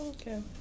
Okay